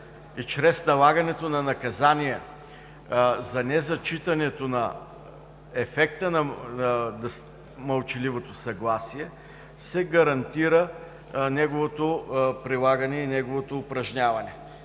чрез налагането на наказания за незачитането на ефекта на мълчаливото съгласие се гарантира неговото прилагане и неговото упражняване.